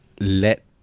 Let